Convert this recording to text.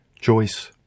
Joyce